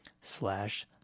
slash